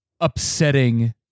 upsetting